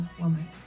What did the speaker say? woman